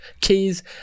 keys